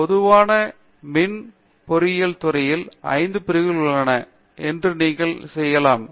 பொதுவாக மின் பொறியியல் துறையில் 5 பிரிவுகள் உள்ளது என்று நீங்கள் சொல்லலாம்